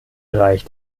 bereich